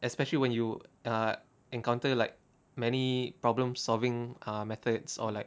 especially when you err encounter like many problem solving ah methods or like